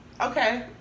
okay